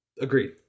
Agreed